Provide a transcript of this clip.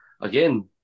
again